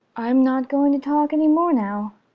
i'm not going to talk any more now.